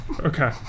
Okay